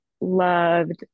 loved